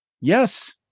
Yes